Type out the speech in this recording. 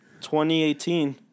2018